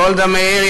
גולדה מאיר,